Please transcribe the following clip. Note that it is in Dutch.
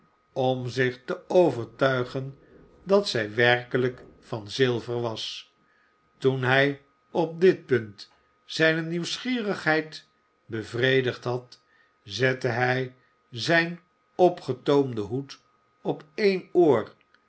om zich te overtuigen dat zij werkelijk van zilver was toen hij op dit punt zijne nieuwsgierigheid bevredigd had zette hij zijn opgetoomden hoed op één oor